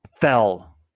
fell